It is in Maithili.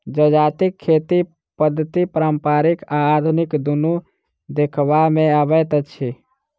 जजातिक खेती पद्धति पारंपरिक आ आधुनिक दुनू देखबा मे अबैत अछि